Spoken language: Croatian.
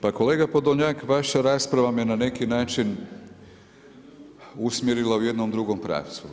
Pa kolega Podolnjak vaša rasprava me na neki način usmjerila u jednom drugom pravcu.